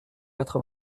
quatre